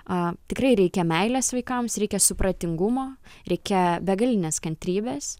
a tikrai reikia meilės vaikams reikia supratingumo reikia begalinės kantrybės